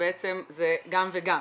שבעצם זה גם וגם.